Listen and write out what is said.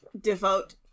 devote